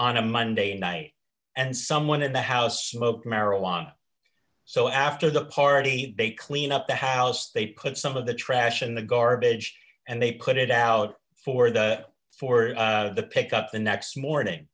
on a monday night and someone in the house marijuana so after the party they clean up the house they put some of the trash in the garbage and they put it out for the for the pick up the next morning